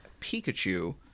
Pikachu